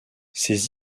ses